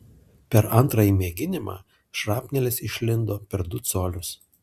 per antrąjį mėginimą šrapnelis išlindo per du colius